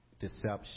deception